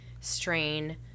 strain